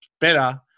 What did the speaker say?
better